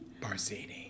Barzini